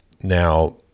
Now